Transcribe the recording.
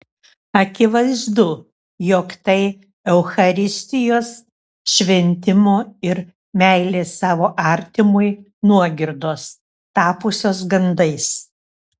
akivaizdu jog tai eucharistijos šventimo ir meilės savo artimui nuogirdos tapusios gandais